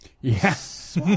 Yes